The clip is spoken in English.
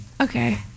Okay